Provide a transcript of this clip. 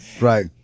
Right